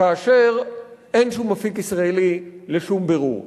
כאשר אין שום אפיק ישראלי לשום בירור.